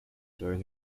during